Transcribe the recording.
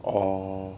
orh